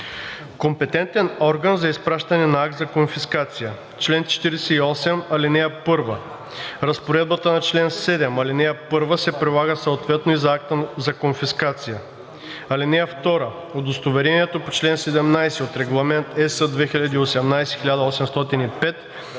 Компетентен орган за изпращане на акт за конфискация Чл. 48. (1) Разпоредбата на чл. 7, ал. 1 се прилага съответно и за акта за конфискация. (2) Удостоверението по чл. 17 от Регламент (ЕС) 2018/1805 се